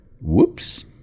Whoops